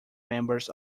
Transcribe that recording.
members